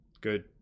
good